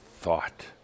thought